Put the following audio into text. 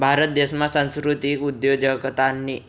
भारत देशमा सांस्कृतिक उद्योजकतानी